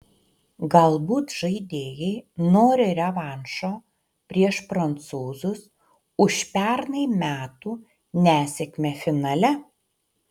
galbūt žaidėjai nori revanšo prieš prancūzus už pernai metų nesėkmę finale